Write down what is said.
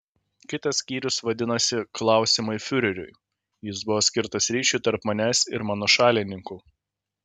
kitas skyrius vadinosi klausimai fiureriui jis buvo skirtas ryšiui tarp manęs ir mano šalininkų